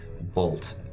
bolt